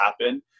happen